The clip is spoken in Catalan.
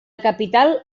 capital